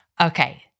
Okay